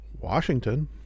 Washington